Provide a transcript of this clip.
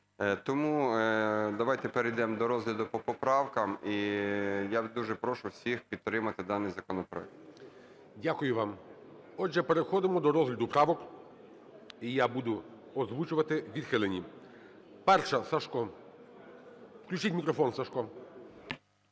Тому давайте перейдемо до розгляду по поправках. І я дуже прошу всіх підтримати даний законопроект. ГОЛОВУЮЧИЙ. Дякую вам. Отже, переходимо до розгляду правок, і я буду озвучувати відхилені. 1-а, Сажко. Включіть мікрофон Сажко.